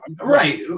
right